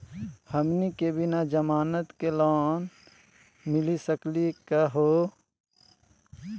हमनी के बिना जमानत के लोन मिली सकली क हो?